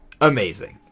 amazing